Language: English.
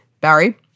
Barry